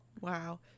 Wow